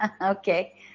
okay